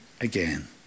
again